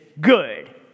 good